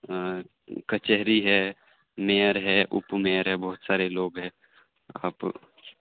کچہری ہے میئر ہے اپ میئر ہے بہت سارے لوگ ہے آپ